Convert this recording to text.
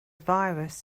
virus